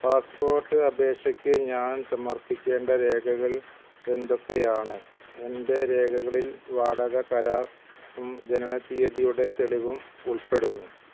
passport അപേക്ഷയ്ക്ക് ഞാൻ സമർപ്പിക്കേണ്ട രേഖകൾ എന്തൊക്കെയാണ് എന്റെ രേഖകളിൽ വാടക കരാറും ജനന തീയതിയുടെ തെളിവും ഉൾപ്പെടുന്നു